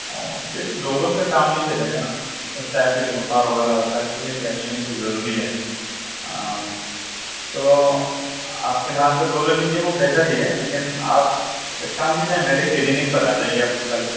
او صرف ڈولو سے کام نہیں چلے گا نا اِس ٹائپ کی جو بُخار وغیرہ ہوتا ہے اِس کے لئے کیلشیم بھی ضروری ہے تو آپ فی الحال تو ڈولو لیجیے وہ بہتر ہی ہے لیکن آپ ایک کام کیجیے میرے کلینک پر آ جائیے آپ کل